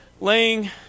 Laying